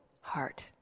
heart